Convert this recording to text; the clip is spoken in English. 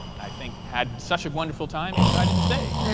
i think, had such a wonderful time, he decided to stay.